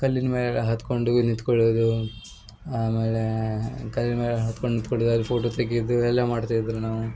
ಕಲ್ಲಿನ ಮೇಲೆ ಹತ್ಕೊಂಡು ಹೋಗಿ ನಿಂತ್ಕೊಳುದು ಆಮೇಲೆ ಕಲ್ಲು ಮೇಲೆ ಹತ್ಕೊಂಡು ನಿಂತ್ಕೊಂಡು ಅಲ್ಲಿ ಫೋಟೋ ತೆಗೆಯೋದು ಇವೆಲ್ಲ ಮಾಡ್ತಾ ಇದ್ವಿ ನಾವು